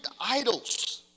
idols